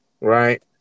right